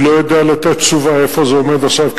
אני לא יודע לתת תשובה איפה זה עומד עכשיו,